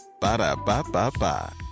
Ba-da-ba-ba-ba